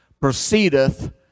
proceedeth